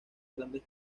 grandes